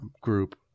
group